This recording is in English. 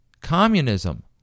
communism